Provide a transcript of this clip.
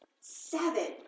Seven